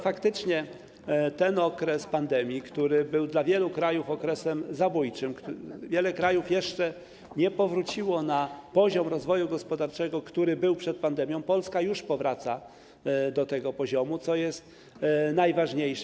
Faktycznie okres pandemii był dla wielu krajów okresem zabójczym, wiele krajów jeszcze nie powróciło do poziomu rozwoju gospodarczego, który był przed pandemią, Polska już powraca do tego poziomu, co jest najważniejsze.